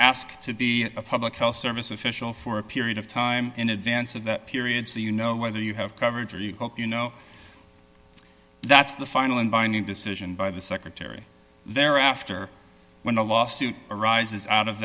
ask to be a public health service official for a period of time in advance of that period so you know whether you have coverage or you you know that's the final and binding decision by the secretary thereafter when a lawsuit arises out of